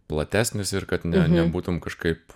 platesnis ir kad ne nebūtum kažkaip